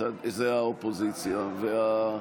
ובצד ימין הייתה האופוזיציה מאז ומתמיד.